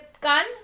gun